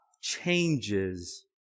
changes